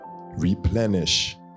replenish